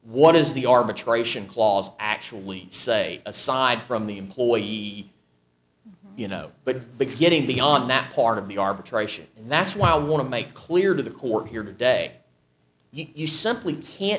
what is the arbitration clause actually say aside from the employee you know but beginning beyond that part of the arbitration and that's why i want to make clear to the court here today you simply can't